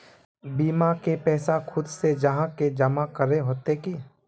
बीमा के पैसा खुद से जाहा के जमा करे होते की?